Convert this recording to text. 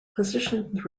positions